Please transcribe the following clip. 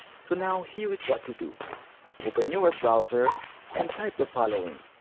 so now here is what to do open your browser and type the following,